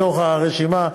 בתוך הרשימה,